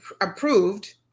approved